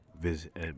visit